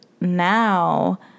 now